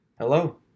Hello